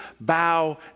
bow